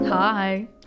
Hi